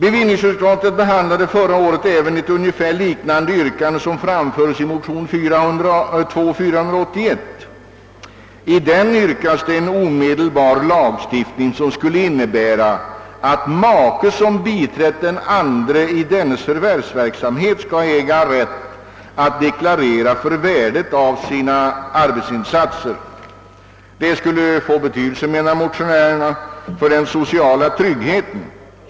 Bevillningsutskottet behandlade även förra året ett yrkande liknande det som framföres i motion II:481. I denna hemställes om en omedelbar lagstiftning som skulle innebära att make, som biträtt den andra maken i dennes förvärvsverksamhet, skall äga rätt att deklarera för värdet av sina arbetsinsatser. Detta skulle enligt motionärerna få betydelse för den sociala tryggheten.